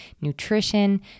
nutrition